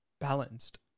balanced